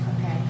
okay